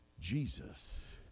Jesus